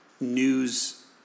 news